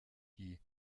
die